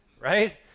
right